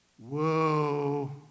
Whoa